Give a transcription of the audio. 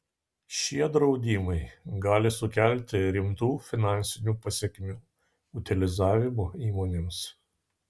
šie draudimai gali sukelti rimtų finansinių pasekmių utilizavimo įmonėms